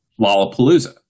Lollapalooza